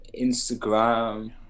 instagram